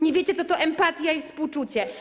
Nie wiecie, co to empatia i współczucie.